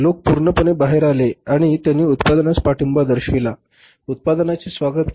लोक पूर्णपणे बाहेर आले आणि त्यांनी उत्पादनास पाठिंबा दर्शविला उत्पादनाचे स्वागत केले